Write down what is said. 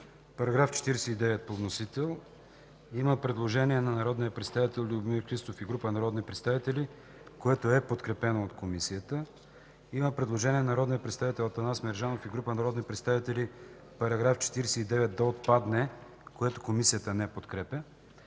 По § 49 по вносител има предложение от народния представител Любомир Христов и група народни представители, което е подкрепено от Комисията. Има предложение на народния представител Атанас Мерджанов и група народни представители § 49 да отпадне, което Комисията не подкрепя.